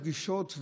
הפגישות,